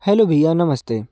hello भैया नमस्ते